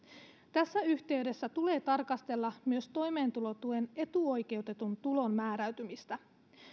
tässä yhteydessä tulee tarkastella myös toimeentulotuen etuoikeutetun tulon määräytymistä